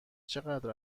چقدر